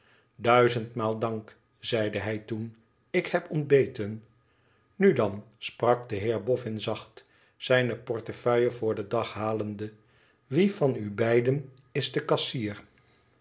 duizendmaal dank zeide hij toen ik heb ontbeten nu dan sprak de heer boffin zacht zijne portefeuille voor den dag halende i wie van u beiden is de kassier